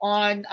on